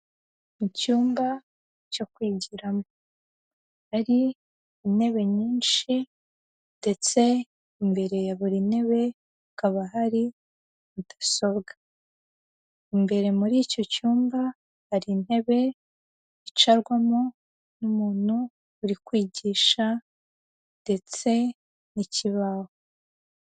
Mu cyumba cyo kwigiramo, hari intebe nyinshi, ndetse imbere ya buri ntebe hakaba hari mudasobwa. Imbere muri icyo cyumba hari intebe, yicarwamo n'umuntu uri kwigisha ndetse n'ikibaho.